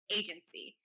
agency